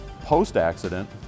Post-accident